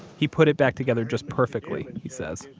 he put it back together just perfectly, he says.